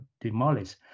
demolished